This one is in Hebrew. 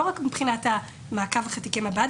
לא רק מבחינת המעקב אחרי תיקי מב"ד,